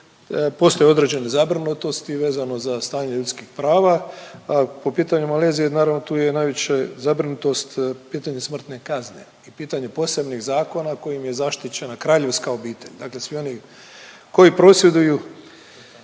postoje određene zabrane, a to su ti vezano za stanje ljudskih prava, a po pitanju Malezije naravno tu je i najveće zabrinutost po pitanju smrtne kazne, po pitanju posebnih zakona kojim je zaštićena kraljevska obitelj.